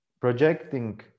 projecting